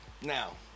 Now